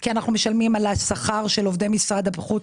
כי אנחנו משלמים על שכר עובדי משרד החוץ